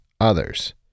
others